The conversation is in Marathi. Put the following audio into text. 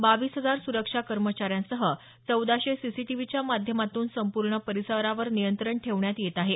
बावीस हजार सुरक्षा कर्मचाऱ्यांसह चौदाशे सीसीटीव्हीच्या माध्यमातून संपूर्ण परिसरावर नियंत्रण ठेवण्यात येत आहे